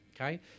okay